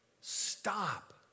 stop